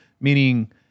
meaning